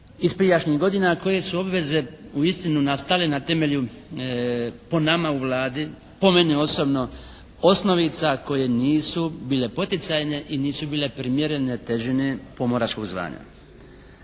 iz prijašnjih godina, koje su obveze uistinu nastale na temelju po nama u Vladi, po meni osobno osnovica koje nisu bile poticajne i nisu bile primjerene težine pomoračkog zvanja.